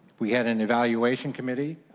we had and evaluation committee,